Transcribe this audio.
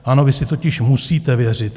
Ano, vy si totiž musíte věřit.